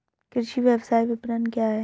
कृषि व्यवसाय विपणन क्या है?